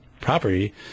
property